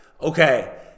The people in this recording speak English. okay